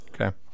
Okay